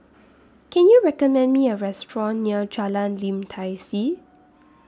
Can YOU recommend Me A Restaurant near Jalan Lim Tai See